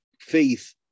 faith